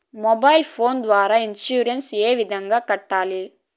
mobile phone ద్వారా insurance ఏ విధంగా కట్టాలి